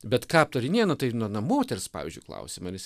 bet ką aptarinėja na tai na na moters pavyzdžiui klausimą ir jis